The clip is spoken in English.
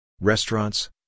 Restaurants